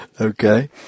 okay